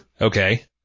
okay